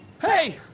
Hey